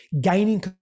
gaining